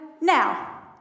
Now